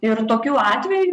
ir tokiu atveju